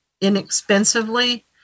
inexpensively